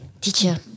Teacher